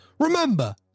Remember